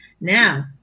Now